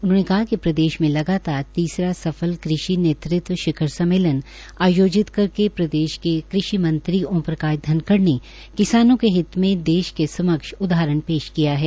उन्होंने कहा कि लगातार तीसरा सफल कृषि नेतृत्व शिखर सम्मेलन आयोजित करके प्रदेश के कृषि मंत्री ओम प्रकाश धनखड़ ने किसानों के हित में देश के समक्ष उदाहरण पेश किया है